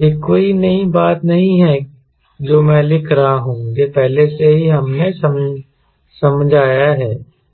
यह कोई नई बात नहीं है जो मैं लिख रहा हूं यह पहले से ही हमने समझाया है